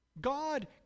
God